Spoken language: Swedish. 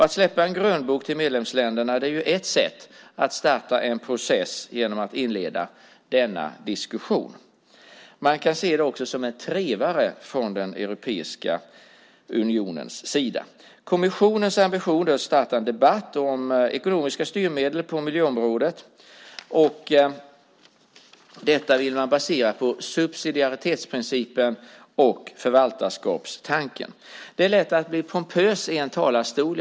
Att släppa en grönbok till medlemsländerna är ett sätt att starta en process genom att inleda denna diskussion. Man kan också se det som en trevare från den europeiska unionens sida. Kommissionens ambition är att starta en debatt om ekonomiska styrmedel på miljöområdet. Detta vill man basera på subsidiaritetsprincipen och förvaltarskapstanken. Det är lätt att bli pompös i en talarstol.